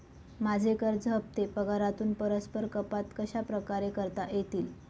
माझे कर्ज हफ्ते पगारातून परस्पर कपात कशाप्रकारे करता येतील?